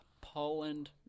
Poland